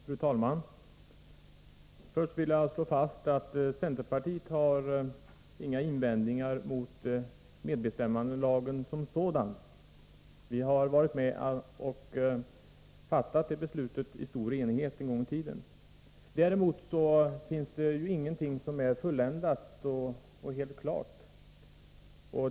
Fru talman! Jag vill börja med att slå fast att centerpartiet inte har några invändningar mot medbestämmandelagen som sådan. Vi har en gång i tiden varit med om att fatta beslut därom i stor enighet. Däremot finns det inget som är fulländat och helt klart.